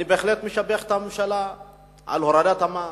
אני בהחלט משבח את הממשלה על הורדת המע"מ.